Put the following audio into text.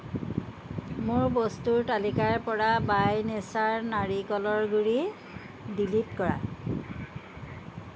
মোৰ বস্তুৰ তালিকাৰপৰা বাই নেচাৰ নাৰিকলৰ গুড়ি ডিলিট কৰা